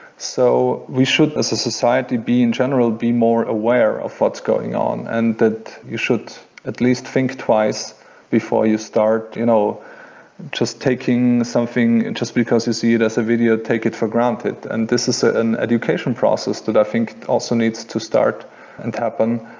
so we should as a society be in general, be more aware of what's going on. and that you should at least think twice before you start you know just taking something and just because you see it as a video, take it for granted and this is an and education process that i think also needs to start and happen,